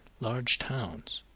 large towns,